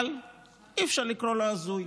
אבל אי-אפשר לקרוא לו הזוי,